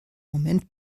moment